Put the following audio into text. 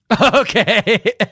Okay